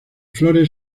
flores